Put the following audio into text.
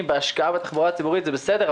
בהשקעה בתחבורה הציבורית זה בסדר,